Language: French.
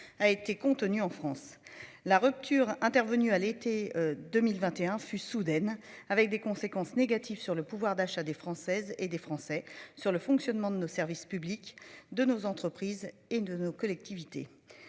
a été contenue en France la rupture intervenue à l'été 2021 fûts soudaine, avec des conséquences négatives sur le pouvoir d'achat des Françaises et des Français sur le fonctionnement de nos services publics de nos entreprises et de nos collectivités.